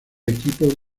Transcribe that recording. equipos